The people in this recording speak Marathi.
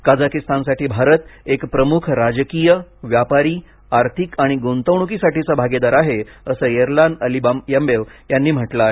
कझाकिस्तानसाठी भारत एक प्रमुख राजकीय व्यापारी आर्थिक आणि गुंतवणुकीसाठीचा भागीदार आहे असं येरलान अलिम्बायेव यांनी म्हटलं आहे